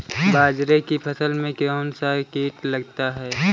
बाजरे की फसल में कौन सा कीट लगता है?